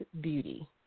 Beauty